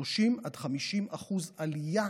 30% 50% עלייה